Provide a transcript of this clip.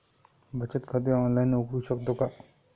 बचत खाते ऑनलाइन उघडू शकतो का?